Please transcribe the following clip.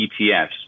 ETFs